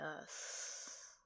Yes